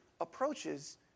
approaches